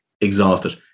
exhausted